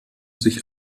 sich